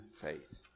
faith